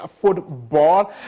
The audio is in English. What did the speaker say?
football